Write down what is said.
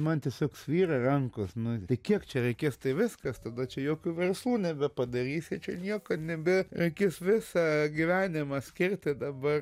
man tiesiog svyra rankos nu kiek čia reikės tai viskas tada čia jokių verslų nebepadarysi čia nieko nebe reikės visą gyvenimą skirti dabar